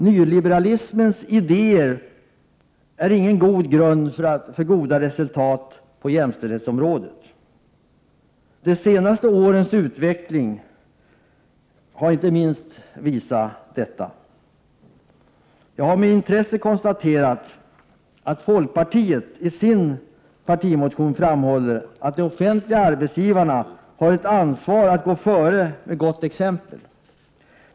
Nyliberalismens idéer är ingen god grund för att nå goda resultat på jämställdhetsområdet. De senaste årens utveckling har inte minst visat detta. Jag har med intresse konstaterat att folkpartiet i sin partimotion framhåller att de offentliga arbetsgivarna har ett ansvar att gå före med gott exempel.